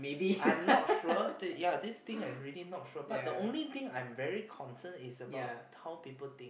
I'm not sure this ya this thing I'm really not sure but the only thing I'm very concerned is about how people think